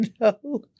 No